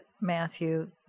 Matthew